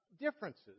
differences